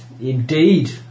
Indeed